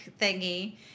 thingy